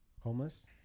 homeless